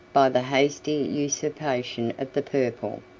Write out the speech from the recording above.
by the hasty usurpation of the purple,